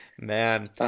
Man